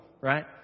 right